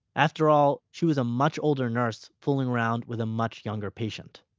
after all, she was a much older nurse fooling around with a much younger patient.